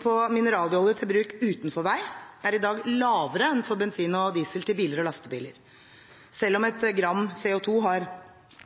på mineralolje til bruk utenfor vei er i dag lavere enn for bensin og diesel til biler og lastebiler – selv om et gram CO 2 har